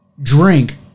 drink